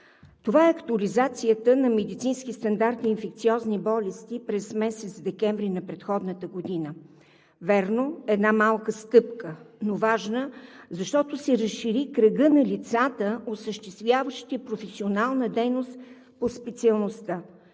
Това е актуализацията на медицински стандарт на инфекциозни болести през месец декември на предходната година. Вярно, една малка стъпка, но важна, защото се разшири кръгът на лицата, осъществяващи професионална дейност по специалността.